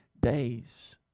days